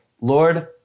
Lord